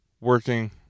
working